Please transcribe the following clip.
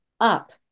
up